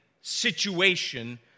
situation